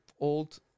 old